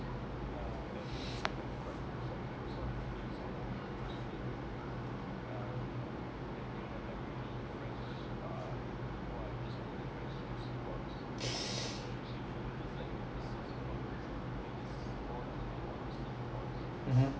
mmhmm